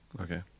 Okay